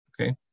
okay